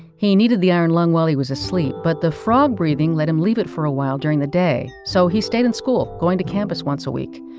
he needed the iron lung while he was asleep, but the frog-breathing let him leave it for a while during the day. so he stayed in school, going to campus once a week.